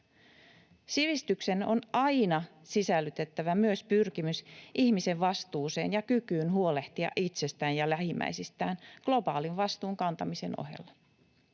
Sivistykseen on aina sisällytettävä myös pyrkimys ihmisen vastuuseen ja kykyyn huolehtia itsestään ja lähimmäisistään globaalin vastuunkantamisen ohella.